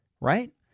right